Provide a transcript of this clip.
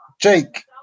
Jake